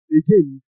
again